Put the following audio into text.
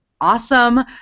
awesome